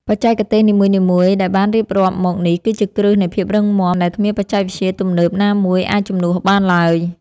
បច្ចេកទេសនីមួយៗដែលបានរៀបរាប់មកនេះគឺជាគ្រឹះនៃភាពរឹងមាំដែលគ្មានបច្ចេកវិទ្យាទំនើបណាមួយអាចជំនួសបានឡើយ។